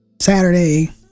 saturday